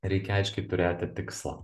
reikia aiškiai turėti tikslą